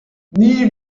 nie